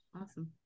awesome